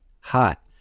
Hot